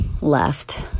left